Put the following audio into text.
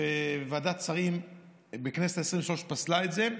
וועדת שרים בכנסת העשרים-ושלוש פסלה את זה,